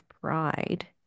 pride